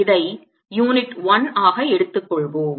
இதை யூனிட் 1 ஆக எடுத்துக்கொள்வோம்